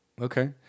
Okay